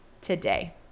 today